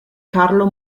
carlo